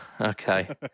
okay